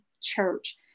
church